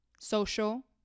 Social